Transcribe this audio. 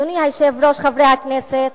אדוני היושב-ראש, חברי הכנסת,